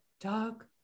dog